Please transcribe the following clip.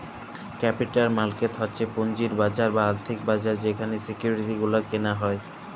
capital market হচ্ছ পুঁজির বাজার বা আর্থিক বাজার যেখালে সিকিউরিটি গুলা কেলা হ্যয়